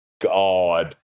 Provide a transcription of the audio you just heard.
god